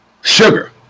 sugar